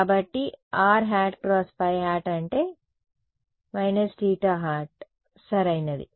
కాబట్టి rˆ × ϕˆ అంటే −θ సరైనది